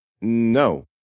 No